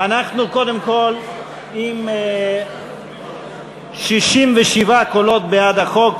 אנחנו קודם כול עם 67 קולות בעד החוק,